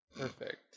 Perfect